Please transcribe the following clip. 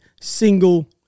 single